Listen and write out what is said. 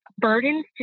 burdens